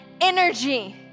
energy